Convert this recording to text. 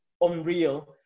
unreal